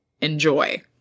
Enjoy